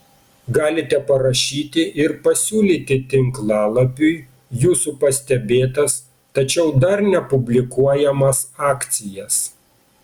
galite parašyti ir pasiūlyti tinklalapiui jūsų pastebėtas tačiau dar nepublikuojamas akcijas